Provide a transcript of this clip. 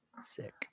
sick